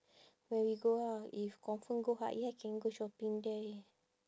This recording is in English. where we go ah if confirm go can go shopping there